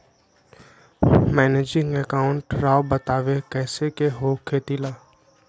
Managing account राव बताएं कैसे के हो खेती ला?